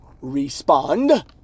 respond